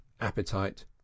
appetite